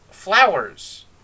Flowers